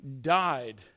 died